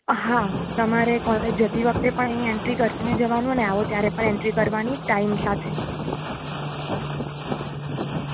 હા તમારે કોલેજ જતી વખતે પણ અહીં એન્ટ્રી કરીને જવાનું અને આવો ત્યારે પણ એન્ટ્રી કરવાની ટાઈમ સાથે